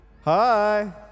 Hi